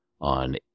on